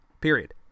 period